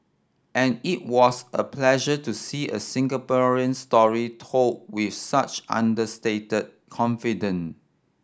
and it was a pleasure to see a Singaporean story told with such understated confidence